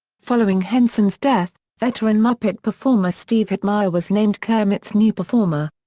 following henson's death, veteran muppet performer steve whitmire was named kermit's new performer.